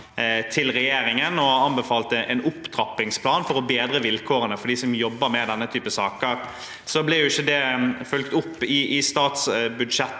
til regjeringen, og som anbefalte en opptrappingsplan for å bedre vilkårene for dem som jobber med denne typen saker. Det ble ikke fulgt opp i statsbudsjettet,